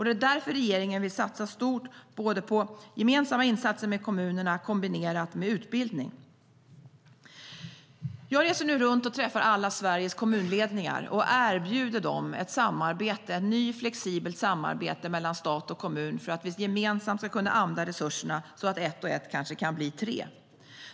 Det är därför regeringen vill satsa stort på gemensamma insatser med kommunerna kombinerat med utbildning. Jag reser nu runt och träffar alla Sveriges kommunledningar och erbjuder dem ett nytt flexibelt samarbete mellan stat och kommun för att vi gemensamt ska kunna använda resurserna så att ett plus ett kanske kan bli tre.